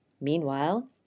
Meanwhile